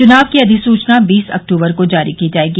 चुनाव की अधिसूचना बीस अक्तूबर को जारी की जाएगी